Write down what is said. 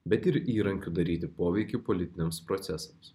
bet ir įrankiu daryti poveikį politiniams procesams